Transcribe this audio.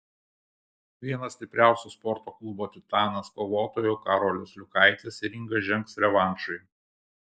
vienas stipriausių sporto klubo titanas kovotojų karolis liukaitis į ringą žengs revanšui